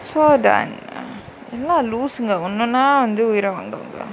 so done எல்லா லூசுங்க ஒன்னு ஒன்னா வந்து உயிர வாங்குங்க:ellaa loosunga onnu onnaa vanthu uyira vaangunga